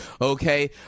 Okay